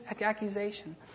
accusation